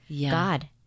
God